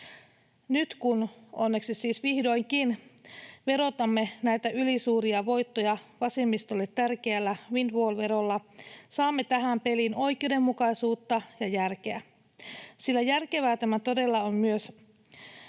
Nyt kun onneksi siis vihdoinkin verotamme näitä ylisuuria voittoja vasemmistolle tärkeällä windfall-verolla, saamme tähän peliin oikeudenmukaisuutta ja järkeä. Sillä järkevää tämä todella myös